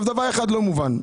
דבר אחד לא מובן.